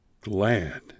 glad